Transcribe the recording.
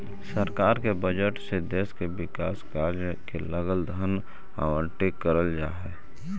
सरकार के बजट से देश के विकास कार्य के लगल धन आवंटित करल जा हई